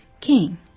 king